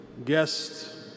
Guest